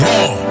Raw